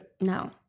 No